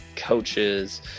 Coaches